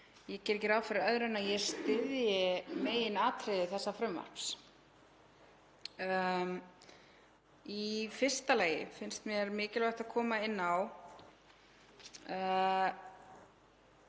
ég geri ekki ráð fyrir öðru en að ég styðji meginatriði þessa frumvarps. Í fyrsta lagi finnst mér mikilvægt að koma inn á